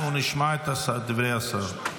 אנחנו נשמע את דברי השר.